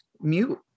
mute